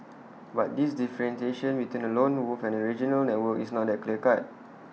but this differentiation between A lone wolf and A regional network is not A clear cut